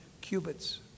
cubits